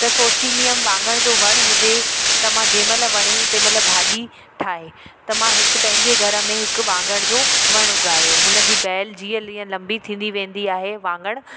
त सोचिंदी हुअमि वाङण जो वणु हुजे त मां जंहिंमहिल वणे तंहिंमहिल भाॼी ठाहे त मां हिकु पंहिंजे घर में हिकु वाङण जो वणु उगायो हुन जी बेल जीअं लीअं लंबी थींदी वेंदी आहे वाङण